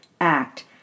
Act